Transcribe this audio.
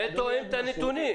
את הנתונים.